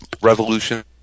Revolution